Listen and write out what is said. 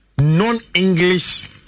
non-English